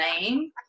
name